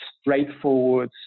straightforward